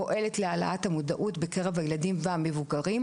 פועלת להעלאת המודעות בקרב הילדים והמבוגרים,